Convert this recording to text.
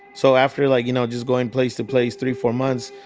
so after like, you know, just going place to place three, four months,